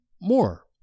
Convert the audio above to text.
more